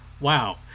wow